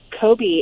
Kobe